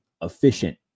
efficient